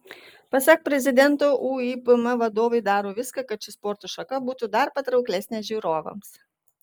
pasak prezidento uipm vadovai daro viską kad ši sporto šaka būtų dar patrauklesnė žiūrovams